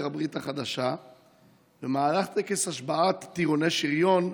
הברית החדשה במהלך טקס השבעת טירוני שריון,